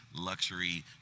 luxury